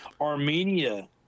armenia